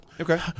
Okay